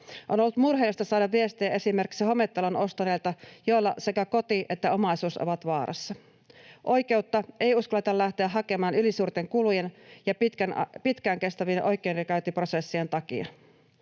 On ollut murheellista saada viestejä esimerkiksi hometalon ostaneilta, joilla sekä koti että omaisuus ovat vaarassa. Oikeutta ei uskalleta lähteä hakemaan ylisuurten kulujen ja pitkään kestävien oikeudenkäyntiprosessien takia.